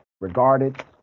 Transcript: regarded